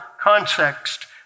context